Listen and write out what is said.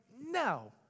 No